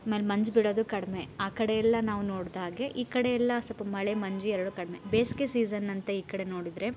ಆಮೇಲೆ ಮಂಜು ಬೀಳೋದು ಕಡಿಮೆ ಆ ಕಡೆಯೆಲ್ಲ ನಾವು ನೋಡಿದಾಗೆ ಈ ಕಡೆಯೆಲ್ಲ ಸ್ವಲ್ಪ ಮಳೆ ಮಂಜು ಎರಡು ಕಡಿಮೆ ಬೇಸಿಗೆ ಸೀಸನ್ ಅಂತ ಈ ಕಡೆ ನೋಡಿದರೆ